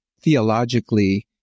theologically